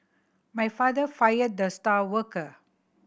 my father fired the star worker